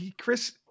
Chris